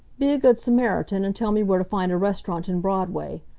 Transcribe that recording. be a good samaritan and tell me where to find a restaurant in broadway,